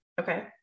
okay